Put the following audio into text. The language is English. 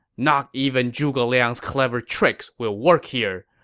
not even zhuge liang's clever tricks will work here!